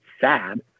sad